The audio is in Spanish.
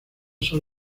son